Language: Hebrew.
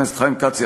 חברי הכנסת חיים כץ,